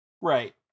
Right